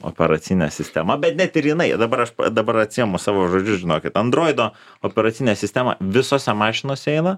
operacine sistema bet net ir jinai dabar aš dabar atsiimu savo žodžius žinokit androido operacinė sistema visose mašinose eina